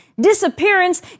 disappearance